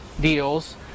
deals